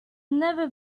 never